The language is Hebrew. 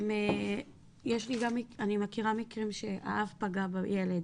אני מכירה מקרים שהאב פגע בילד.